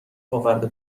آورده